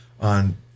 on